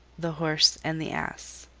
the horse and the ass